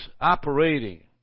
operating